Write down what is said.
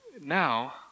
now